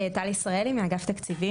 אני טל ישראלי, מאגף תקציבים.